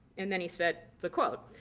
and then he said the quote.